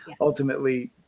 ultimately